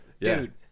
Dude